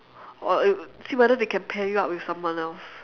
or see whether they can pair you up with someone else